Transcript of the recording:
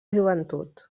joventut